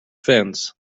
fence